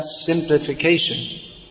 simplification